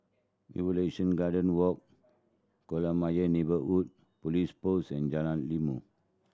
Evolution Garden Walk Kolam Ayer Neighbourhood Police Post and Jalan Ilmu